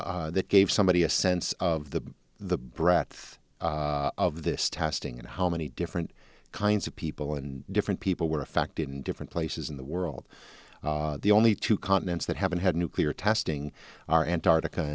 gave that gave somebody a sense of the the breadth of this testing and how many different kinds of people and different people were affected in different places in the world the only two continents that haven't had nuclear testing are antarctica